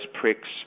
pricks